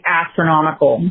astronomical